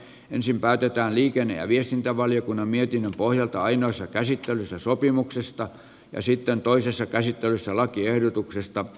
ensin päätetään liikenne ja viestintävaliokunnan mietinnön pohjalta ainoassa käsittelyssä sopimuksesta ja sitten toisessa käsittelyssä lakiehdotuksesta